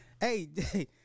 hey